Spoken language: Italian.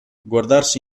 guardarsi